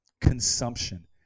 consumption